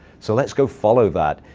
so let's go follow that.